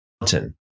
mountain